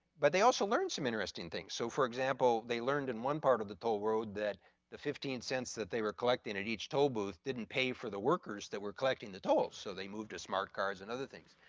but they also learned some interesting things. so for example, they learned in one part of the toll road that the fifteen cents that they were collecting at each toll booth didn't pay for the workers that were collecting the toll so they moved to smart cars and other things.